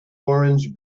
orange